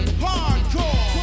Hardcore